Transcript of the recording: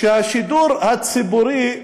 שהשידור הציבורי,